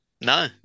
No